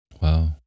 Wow